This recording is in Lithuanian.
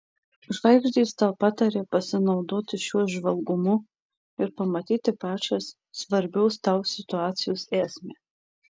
žvaigždės tau pataria pasinaudoti šiuo įžvalgumu ir pamatyti pačią svarbios tau situacijos esmę